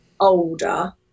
older